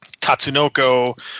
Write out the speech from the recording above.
Tatsunoko